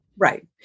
Right